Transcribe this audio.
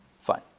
Fine